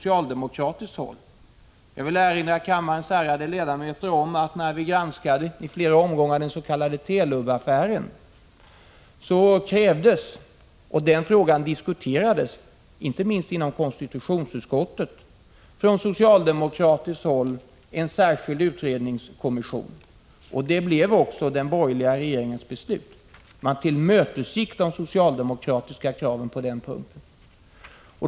Jag ENS Hansteylovning m.m. vill erinra kammarens ärade ledamöter om att när vi i flera omgångar granskade den s.k. Telubaffären, krävdes en särskild utredningskommission — Granskningsarbetets av socialdemokraterna i konstitutionsutskottet. Den borgerliga regeringen = inriktning, m.m. tillmötesgick också de socialdemokratiska kraven på denna punkt.